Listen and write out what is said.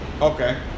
okay